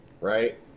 right